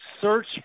search